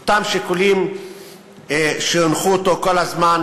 ליברמן אותם שיקולים שהנחו אותו כל הזמן,